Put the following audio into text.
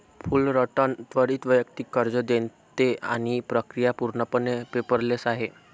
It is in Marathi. फुलरटन त्वरित वैयक्तिक कर्ज देते आणि प्रक्रिया पूर्णपणे पेपरलेस आहे